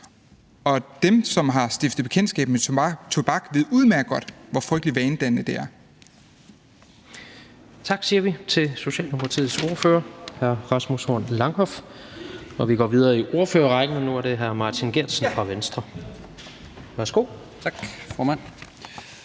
og dem, som har stiftet bekendtskab med tobak, ved udmærket godt, hvor frygtelig vanedannende det er. Kl. 20:19 Tredje næstformand (Jens Rohde): Tak siger vi til Socialdemokratiets ordfører, hr. Rasmus Horn Langhoff. Vi går videre i ordførerrækken, og nu er det hr. Martin Geertsen fra Venstre. Værsgo. Kl.